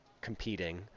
competing